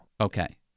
Okay